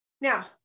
Now